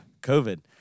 COVID